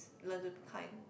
learn to be kind